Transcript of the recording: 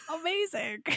amazing